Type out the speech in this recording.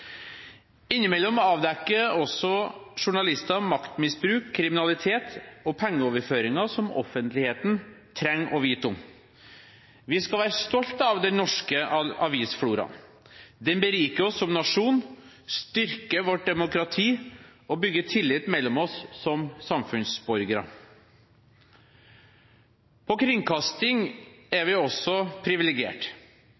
Innimellom avdekker også journalister maktmisbruk, kriminalitet og pengeoverføringer som offentligheten trenger å vite om. Vi skal være stolte av den norske avisfloraen. Den beriker oss som nasjon, styrker vårt demokrati og bygger tillit mellom oss som samfunnsborgere. Når det gjelder kringkasting,